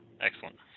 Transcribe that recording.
Excellent